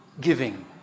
giving